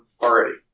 already